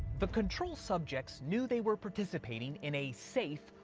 the control subjects knew they were participating in a safe,